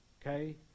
Okay